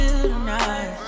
tonight